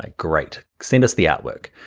ah great, send us the artwork.